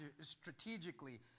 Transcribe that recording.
strategically